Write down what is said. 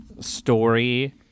story